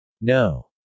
No